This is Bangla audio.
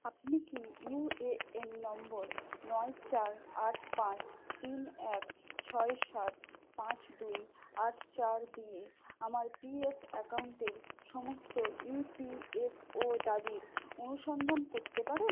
আপনি কি ইউএএন নম্বর নয় চার আট পাঁচ তিন এক ছয় সাত পাঁচ দুই আট চার দিয়ে আমার পিএফ অ্যাকাউন্টের সমস্ত ইপিএফও দাবির অনুসন্ধান করতে পারেন